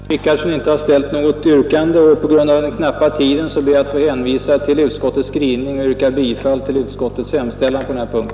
Fru talman! Eftersom herr Richardson inte har ställt något yrkande och på grund av den knappa tiden ber jag att få hänvisa till utskottets skrivning och yrka bifall till utskottets hemställan på denna punkt.